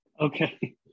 Okay